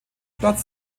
platz